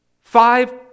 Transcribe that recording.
Five